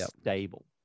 Stable